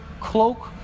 cloak